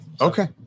Okay